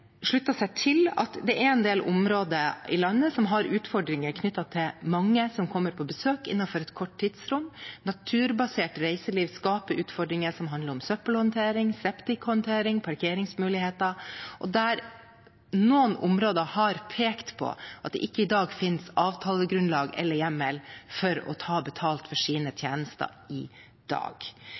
seg til at en del områder i landet har utfordringer knyttet til at mange kommer på besøk innenfor et kort tidsrom. Naturbasert reiseliv skaper utfordringer som handler om søppelhåndtering, septikhåndtering, parkeringsmuligheter, og for noen områder har det blitt pekt på at det i dag ikke finnes avtalegrunnlag eller hjemmel for å ta betalt for sine tjenester. Statlige naturvernområder som f.eks. Hauklandsand i